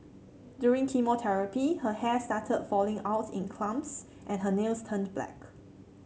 during chemotherapy her hair started falling out in clumps and her nails turned black